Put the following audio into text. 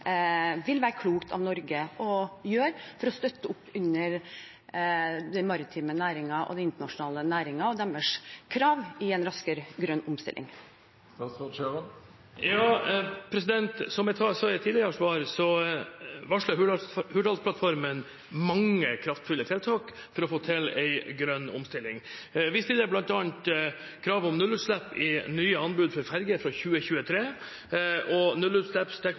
vil være klokt av Norge å gjøre for å støtte opp under den maritime næringen og den internasjonale næringen og deres krav i en raskere grønn omstilling. Som jeg sa i et tidligere svar, varsler Hurdalsplattformen mange kraftfulle tiltak for å få til en grønn omstilling. Vi stiller bl.a. krav om nullutslipp i nye anbud for ferjer fra 2023 og